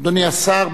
אדוני השר,